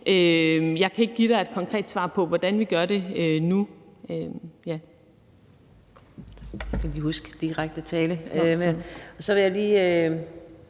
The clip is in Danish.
Jeg kan ikke give dig et konkret svar på, hvordan vi gør det, nu.